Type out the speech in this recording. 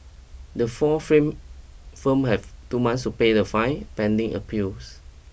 the four frame firms have two month to pay the fine pending appeals